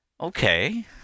Okay